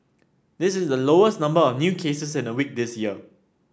this is the lowest number of new cases in a week this year